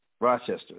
Rochester